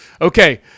okay